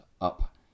up